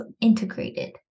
integrated